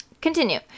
Continue